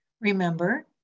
Remember